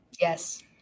Yes